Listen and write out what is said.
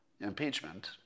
impeachment